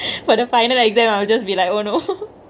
for the final exam I'll just be like oh no